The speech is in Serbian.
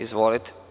Izvolite.